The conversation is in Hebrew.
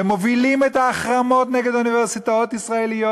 ומובילים את ההחרמות נגד אוניברסיטאות ישראליות